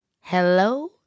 Hello